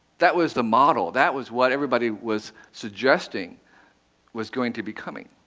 that was the model. that was what everybody was suggesting was going to be coming.